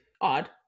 odd